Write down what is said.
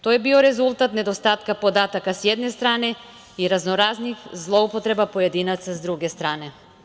To je bio rezultat nedostatka podataka, s jedne strane, i razno raznih zloupotreba pojedinaca, s druge strane.